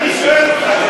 אני שואל אותך.